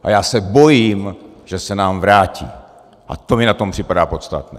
A já se bojím, že se nám vrátí, a to mi na tom připadá podstatné.